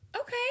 Okay